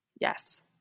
Yes